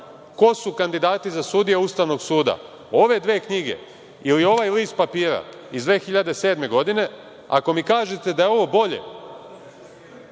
ko su kandidati za sudije Ustavnog suda, ove dve knjige, ili ovaj list papira iz 2007. godine i ako mi kažete da je ovo bolje,